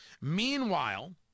Meanwhile